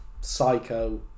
Psycho